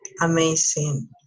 amazing